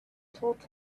told